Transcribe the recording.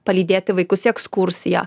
palydėti vaikus į ekskursiją